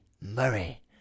Murray